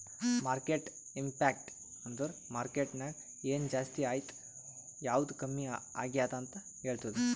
market impact ಅಂದುರ್ market ನಾಗ್ ಎನ್ ಜಾಸ್ತಿ ಆಯ್ತ್ ಯಾವ್ದು ಕಮ್ಮಿ ಆಗ್ಯಾದ್ ಅಂತ್ ಹೇಳ್ತುದ್